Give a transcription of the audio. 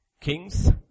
kings